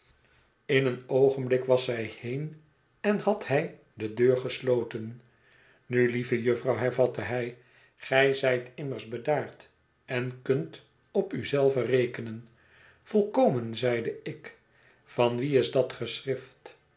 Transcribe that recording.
in een oogenblik was zij heen en had hij de deur gesloten nu lieve jufvrouw hervatte hij gij zijt immers bedaard en kunt op u zelve rekenen volkomen zeide ik van wie is dat geschrift